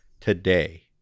today